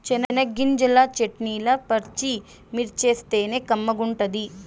చెనగ్గింజల చెట్నీల పచ్చిమిర్చేస్తేనే కమ్మగుంటది